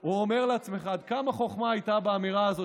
או אומר לעצמך: כמה חוכמה הייתה באמירה הזאת